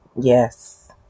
yes